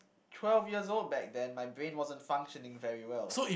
twelve years old back then my brain wasn't functioning very well